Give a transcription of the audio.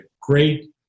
great –